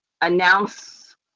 announce